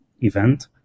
event